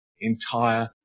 entire